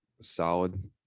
solid